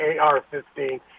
AR-15